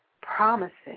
promises